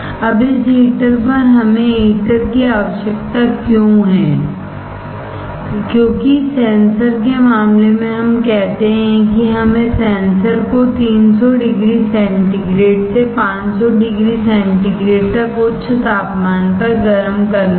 अब इस हीटर पर हमें हीटर की आवश्यकता क्यों है क्योंकि सेंसर के मामले में हम कहते हैं कि हमें सेंसर को 300 डिग्री सेंटीग्रेड से 500 डिग्री सेंटीग्रेड तक उच्च तापमान पर गर्म करना था